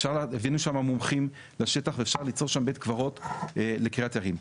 הבאנו לשם מומחים לשטח ואפשר ליצור שם בית קברות לקריית יערים.